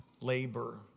labor